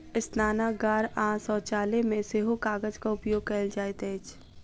स्नानागार आ शौचालय मे सेहो कागजक उपयोग कयल जाइत अछि